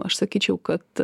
aš sakyčiau kad